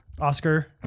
Oscar